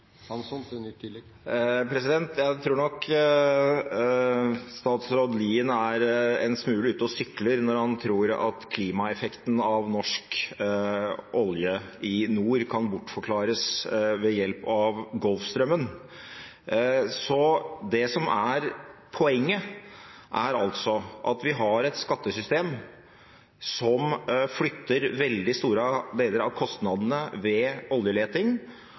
Jeg tror nok statsråd Lien er en smule ute og sykler når han tror at klimaeffekten av norsk oljevirksomhet i nord kan bortforklares ved hjelp av Golfstrømmen. Det som er poenget, er at vi har et skattesystem som flytter veldig store deler av kostnadene ved oljeleting